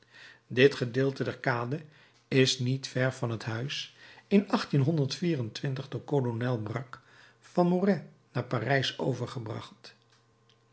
dit gedeelte der kade is niet ver van het huis in door kolonel brack van moret naar parijs overgebracht